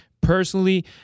personally